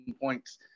points